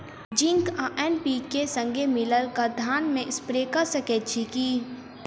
Zinc आ NPK, संगे मिलल कऽ धान मे स्प्रे कऽ सकैत छी की?